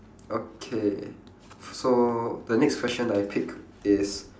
okay so the next question I picked is